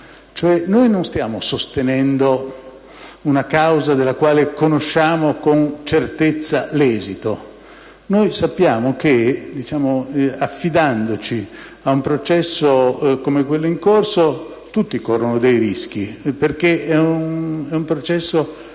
Noi non stiamo sostenendo una causa della quale conosciamo con certezza l'esito. Noi sappiamo che, affidandoci ad un processo come quello in corso, tutti corrono dei rischi, perché è un processo